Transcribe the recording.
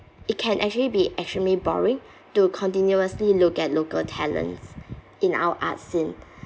it can actually be extremely boring to continuously look at local talents in our arts scene